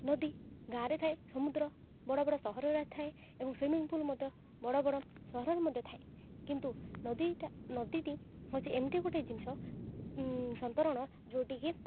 ନଦୀ ଗାଁରେ ଥାଏ ସମୁଦ୍ର ବଡ଼ ବଡ଼ ସହରରେ ଥାଏ ଏବଂ ସୁମିଂ ପୁଲ୍ ମଧ୍ୟ ବଡ଼ ବଡ଼ ସହରରେ ମଧ୍ୟ ଥାଏ କିନ୍ତୁ ନଦୀଟା ନଦୀଟି ହଉଛି ଏମିତି ଗୋଟେ ଜିନିଷ ସନ୍ତରଣ ଯେଉଁଟିକି